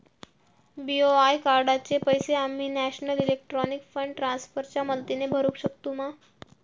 BOI कार्डाचे पैसे आम्ही नेशनल इलेक्ट्रॉनिक फंड ट्रान्स्फर च्या मदतीने भरुक शकतू मा?